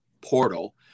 portal